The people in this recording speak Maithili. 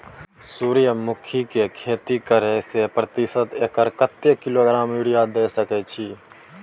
सूर्यमुखी के खेती करे से प्रति एकर कतेक किलोग्राम यूरिया द सके छी?